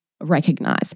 recognize